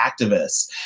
activists